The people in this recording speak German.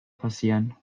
passieren